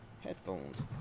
headphones